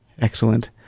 Excellent